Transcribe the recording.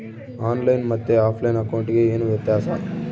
On line ಮತ್ತೆ offline ಅಕೌಂಟಿಗೆ ಏನು ವ್ಯತ್ಯಾಸ?